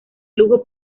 lujo